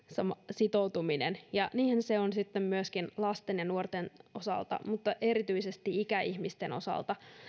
sitoutuminen ja niinhän se on sitten myöskin lasten ja nuorten osalta mutta erityisesti ikäihmisten osalta